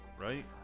right